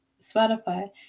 Spotify